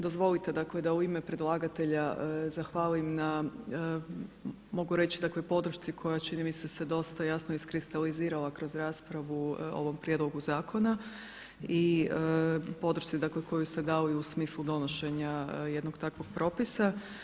Dozvolite dakle da u ime predlagatelja zahvalim na, mogu reći, dakle podršci koja čini mi se, se dosta jasno iskristalizirala kroz raspravu o ovom prijedlogu zakona i podršci dakle koju se dalo i u smislu donošenja jednog takvog propisa.